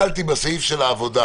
לא התכוונתי לאף אחד שנמצא